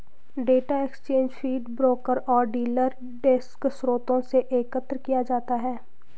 data stock exchange feed, broker और dealer desk स्रोतों से एकत्र किया जाता है